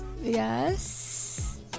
yes